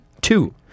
Two